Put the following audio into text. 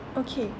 okay